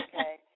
okay